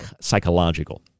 psychological